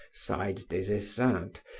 sighed des esseintes,